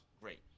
Great